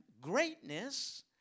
greatness